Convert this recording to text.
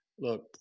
Look